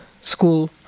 school